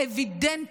האווידנטית,